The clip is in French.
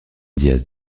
díaz